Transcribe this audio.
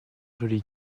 joli